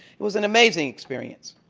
it was an amazing experience,